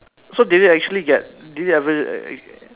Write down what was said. so did it actually get did you ever